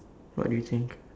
what do you think